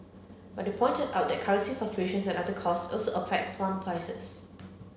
but they pointed out that currency fluctuations and other costs also affect pump prices